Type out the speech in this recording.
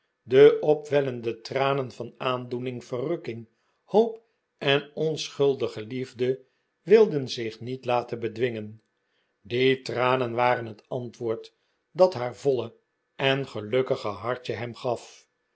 de opwellende tranen van aandoening verrukking hoop en onschuldige liefde wilden zich niet laten bedwingen die tranen waren het antwoord dat haar voile en gelukkige hartje hem gaf